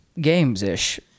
games-ish